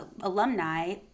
alumni